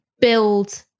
build